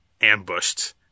ambushed